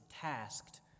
tasked